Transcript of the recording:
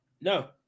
No